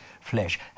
flesh